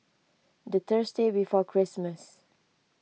the Thursday before Christmas